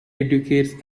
educates